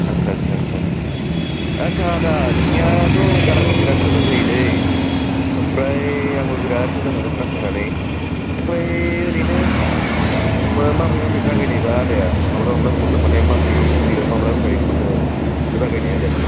आदसा आदसा आदसा आदसा आदसा आदा नोंनियाथ' गाराङा बिराद मोजां जायोलै ओमफ्राय आंबो बिराद मोजां मोनो खोनासंनानै ओमफ्राय ओरैनो माबोरै माबोरै जागायनायबा आदाया माब्ला माब्ला खन्नो माने माबोरै उन्दैआव माब्लानिफ्राय खन्नो जागायनाय आदाया